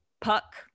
Puck